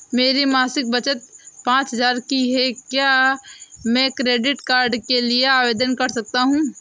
मेरी मासिक बचत पचास हजार की है क्या मैं क्रेडिट कार्ड के लिए आवेदन कर सकता हूँ?